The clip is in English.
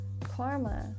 Karma